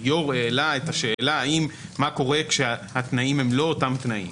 היושב-ראש העלה את השאלה מה קורה כשהתנאים לא אותם תנאים,